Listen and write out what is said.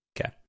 Okay